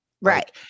Right